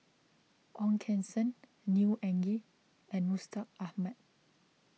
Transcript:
Ong Keng Sen Neo Anngee and Mustaq Ahmad